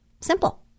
Simple